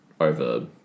over